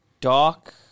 Doc